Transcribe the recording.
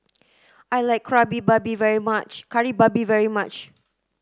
I like Babi very much Kari Babi very much